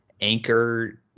Anchor